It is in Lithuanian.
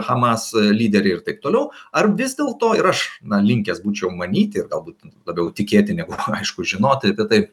hamas lyderį ir taip toliau ar vis dėlto ir aš na linkęs būčiau manyti galbūt labiau tikėti negu aišku žinoti apie tai